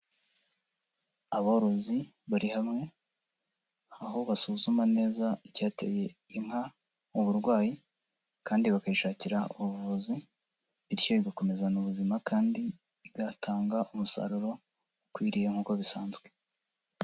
Aborozi bari hamwe, aho basuzuma neza icyateye inka burwayi, kandi bakayishakira ubuvuzi, bityo igakomeza mu buzima kandi igatanga umusaruro ukwiriye, nk'uko bisanzwe.